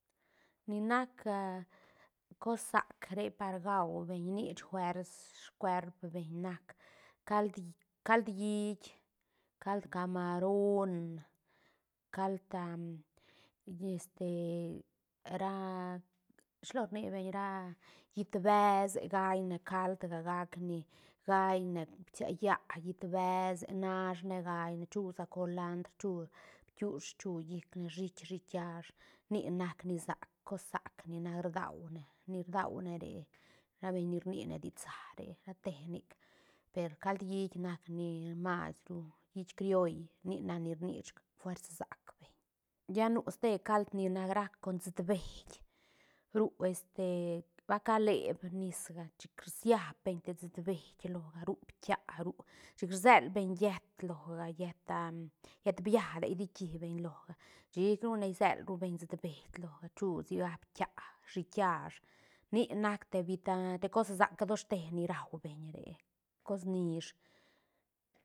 Ni nac a cos sac re par gaubeñ nich fuers scuerpbeñ nac cald- cald hiit cald camaron cald ra rshilo rnibeñ ra llit besë gaine caldga gacni gaine bsia yaah llit besë nashne gaine chusa colandr chu bkiush chu llicne shiit shiit kiash nic nac ni sac cos sac ni nac rdaune ni rdaune re ra beñ ni rnine ditza re rate nic per cald hiit nac ni maisru hiit crioll nic nac ni rnich fuers sac beñ lla nu ste cald ni nac rac con sutbeï ru este va ca leb nisga chic rsiabeñ te sutbeï loga ru ptia ru chic rselbeñ llet loga llet a llet biateh dikibeñ loga chic rune selrubeñ sutbeï loga chu sigac ptia shiit kiash nic nac te vita- cos sac doshte ni raubeñ re cos nish.